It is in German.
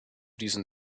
diesen